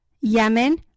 Yemen